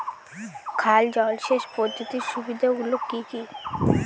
খাল জলসেচ পদ্ধতির সুবিধাগুলি কি কি?